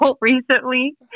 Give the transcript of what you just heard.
recently